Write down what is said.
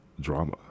drama